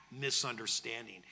misunderstanding